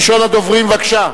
ראשון הדוברים, בבקשה.